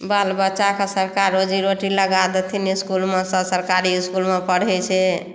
बालबच्चाकेँ सरकार रोजी रोटी लगा देथिन इसकुलमे सभ सरकारी इसकुलमे पढ़ै छै